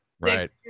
right